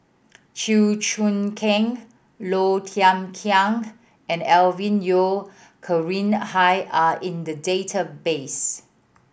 Chew Choo Keng Low Thia Khiang and Alvin Yeo Khirn Hai are in the database